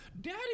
daddy